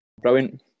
brilliant